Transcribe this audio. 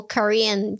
Korean